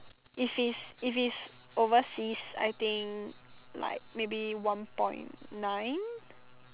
if is if is overseas I think like maybe like one point nine